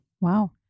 Wow